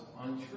untrue